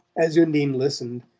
as undine listened,